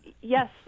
Yes